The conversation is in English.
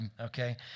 okay